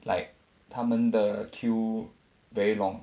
like 他们的 queue very long